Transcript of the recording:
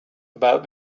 about